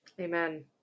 Amen